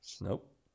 nope